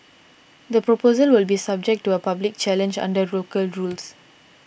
the proposal will be subject to a public challenge under local rules